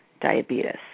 diabetes